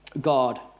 God